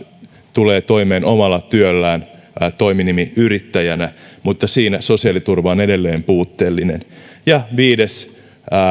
tulee toimeen omalla työllään toiminimiyrittäjänä mutta siinä sosiaaliturva on edelleen puutteellinen viides